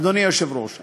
אדוני היושב-ראש,